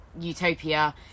Utopia